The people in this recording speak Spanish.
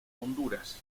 honduras